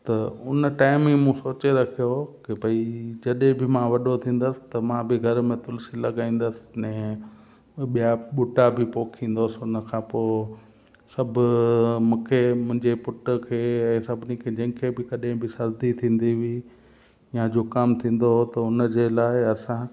त उन टाइम में मूं सोचे रखियो कि भाई जॾहिं बि मां वॾो थींदसि त मां बि घर में तुलसी लॻाईंदसि अने ॿिया बूटा बि पोखींदसि उन खां पोइ सभु मूंखे मुंहिंजे पुट खे सभिनी खे जंहिंखे बि कॾहिं बि सर्दी थींदी हुई या जुख़ाम थींदो हो त उन जे लाइ असां